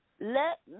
let